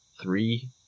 three